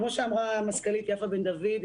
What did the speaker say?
כמו שאמרה המזכ"לית יפה בן דוד,